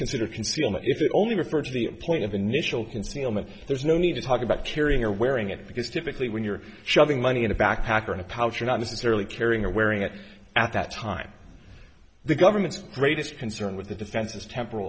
considered concealment if it only referred to the point of initial concealment there's no need to talk about carrying or wearing it because typically when you're shoveling money in a backpack or in a pouch are not necessarily carrying or wearing it at that time the government's greatest concern with the defense's temp